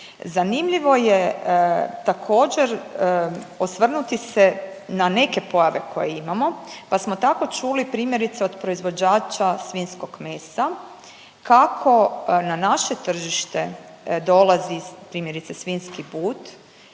Zanimljivo je također osvrnuti se na neke pojave koje imamo, pa smo tako čuli primjerice od proizvođača svinjskog mesa kako na naše tržište dolazi, primjerice svinjski but,